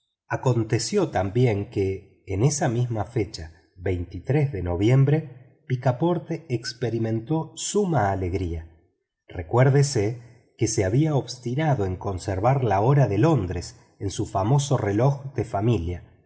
aconteció también que en esa misma fecha de noviembre picaporte experimentó suma alegría recuérdese que se había obstinado en conservar la hora de londres en su famoso reloj de familia